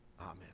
Amen